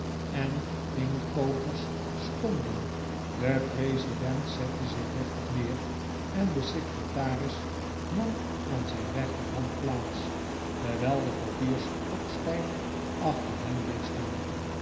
en inktkokers stonden de president zette zich deftig neer en de secretaris nam aan zijn rechterhand plaats terwijl de portier stokstijf achter hen bleef staan